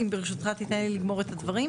אם ברשותך תיתן לי לגמור את הדברים,